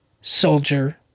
soldier